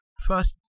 First